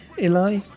Eli